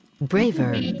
braver